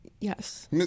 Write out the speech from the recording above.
Yes